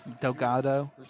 Delgado